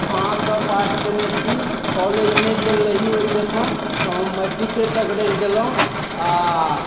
अहाँके पास कयने छी कॉलेज नहि गेल रही ओइ टाइममे अऽ मैट्रिके तक रहि गेलहुँ आओर